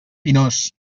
pinós